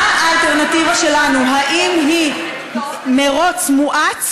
מה האלטרנטיבה שלנו: האם היא מרוץ מואץ